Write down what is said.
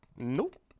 Nope